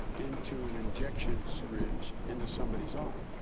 into an injection syringe into somebody's arm